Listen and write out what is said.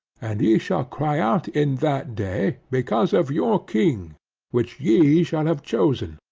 and ye shall cry out in that day because of your king which ye shall have chosen,